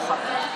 נכון.